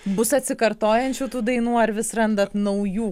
bus atsikartojančių tų dainų ar vis randat naujų